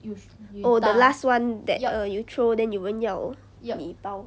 oh the last [one] that you err throw then 有人要你包